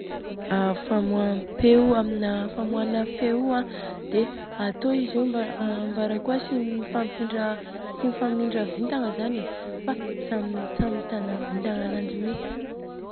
Famohanam-peo amina famohana feo io dia atô izy io an mbarakôa tsy mifamindra mifamindra vitagna zany fa zany fa samy mitana i vitagna ananjy mi.